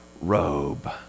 robe